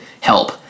help